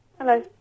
Hello